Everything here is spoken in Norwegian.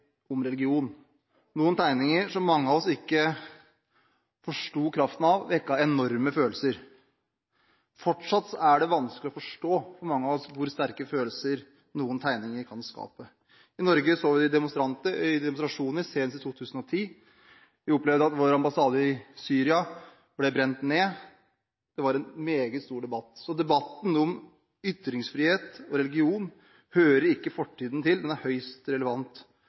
oss ikke forsto kraften av, vekket enorme følelser. Fortsatt er det vanskelig å forstå for mange av oss hvor sterke følelser noen tegninger kan skape. I Norge så vi det i demonstrasjoner senest i 2010. Vi opplevde at vår ambassade i Syria ble brent ned. Det var en meget stor debatt. Så debatten om ytringsfrihet og religion hører ikke fortiden til, men er høyst relevant